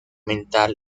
mental